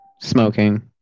smoking